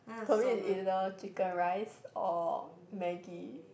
probably it is either chicken rice or maggi